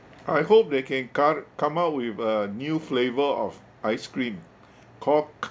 I hope they can car~ come up with a new flavour of ice cream called kh~